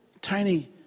tiny